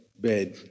bed